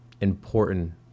important